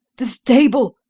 the stable!